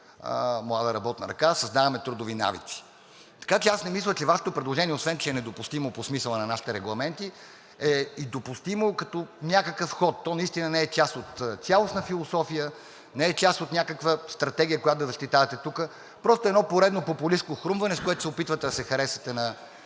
млада работна ръка, създаваме трудови навици. Така че не мисля, че Вашето предложение, освен че е недопустимо по смисъла на нашите регламенти, е допустимо като някакъв ход. То наистина не е част от цялостна философия, не е част от някаква стратегия, която да защитавате тук. Просто е едно поредно популистко хрумване, с което се опитвате да се харесате на